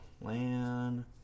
LAN